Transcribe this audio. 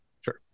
Sure